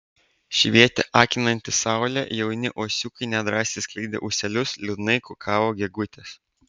švietė akinanti saulė jauni uosiukai nedrąsiai skleidė ūselius liūdnai kukavo gegutės